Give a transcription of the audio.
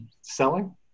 selling